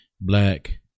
black